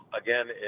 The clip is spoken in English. again